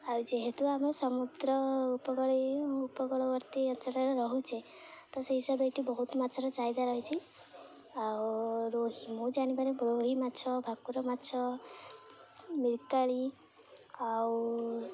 ଆଉ ଯେହେତୁ ଆମେ ସମୁଦ୍ର ଉପକୂଳ ଉପକୂଳବର୍ତ୍ତୀ ଅଞ୍ଚଳରେ ରହୁଛେ ତ ସେଇ ହିସାବେ ଏଠି ବହୁତ ମାଛର ଚାହିଦା ରହିଛି ଆଉ ରୋହି ମୁଁ ଜାଣିବାରେ ରୋହି ମାଛ ଭାକୁର ମାଛ ମିରକାଳି ଆଉ